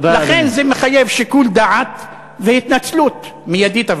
לכן, זה מחייב שיקול דעת והתנצלות מיידית.